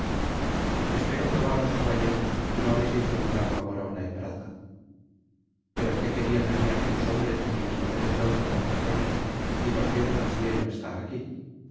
agradecer espero probaros caballero que no habeis hecho un favor á una ingrata pero que querían de mí aquellos hombres á quienes tomé de pronto por ladrones y por qué bonacieux no está aquí